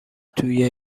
توی